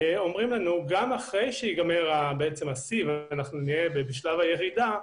אומרים לנו שגם אחרי שייגמר השיא ונהיה בשלב הירידה,